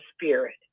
spirit